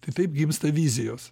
tai taip gimsta vizijos